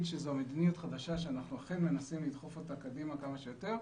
אגיד שזו מדיניות חדשה שאנחנו אכן מנסים לדחוף אותה קדימה כמה שיותר,